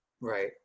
Right